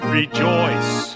rejoice